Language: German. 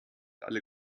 alle